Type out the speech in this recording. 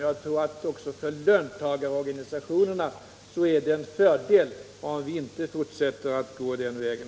Jag tror att det också för löntagarorganisationerna är till fördel om vi inte fortsätter att gå den vägen.